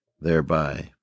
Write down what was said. thereby